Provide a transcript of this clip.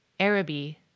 Arabi